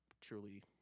truly